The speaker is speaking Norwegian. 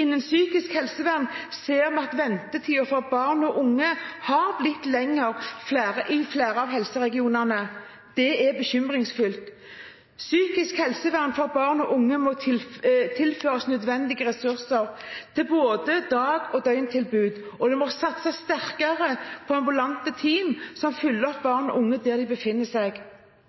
Innen psykisk helsevern ser vi at ventetiden for barn og unge har blitt lenger i flere av helseregionene. Det er bekymringsfullt. Psykisk helsevern for barn og unge må tilføres nødvendige ressurser til både dag- og døgntilbud, og det må satses sterkere på ambulante team som følger opp barn og unge der de befinner seg.